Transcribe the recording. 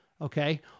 Okay